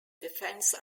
defense